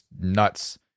nuts